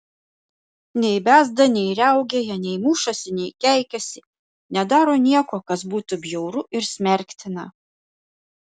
nei bezda nei riaugėja nei mušasi nei keikiasi nedaro nieko kas būtų bjauru ir smerktina